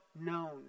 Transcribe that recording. known